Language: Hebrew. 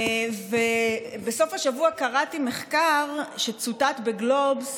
בסוף השבוע קראתי מחקר שצוטט בגלובס